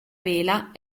vela